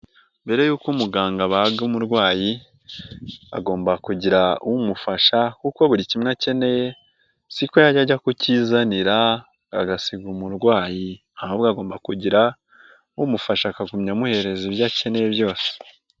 Mbere yuko umuganga abaga umurwayi, agomba kugira umufasha kuko buri kimwe akeneye siko yajya kukizanira, agasiga umurwayi ahubwo agomba kugira umufasha akagumya amuhereza ibyo akeneye byose.